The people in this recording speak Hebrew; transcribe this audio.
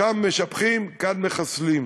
שם משבחים, כאן מחסלים.